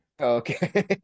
Okay